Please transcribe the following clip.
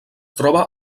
troba